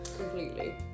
completely